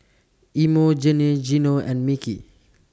Emogene Geno and Micky